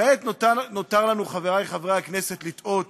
כעת נותר לנו, חברי חברי הכנסת, לתהות